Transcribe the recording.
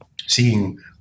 Seeing